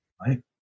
Right